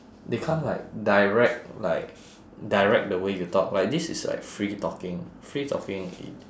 they can't like direct like direct the way you talk like this is like free talking free talking